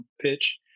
pitch